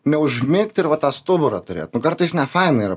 neužmigt ir va tą stuburą turėt nu kartais nefaina yra